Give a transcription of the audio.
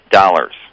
dollars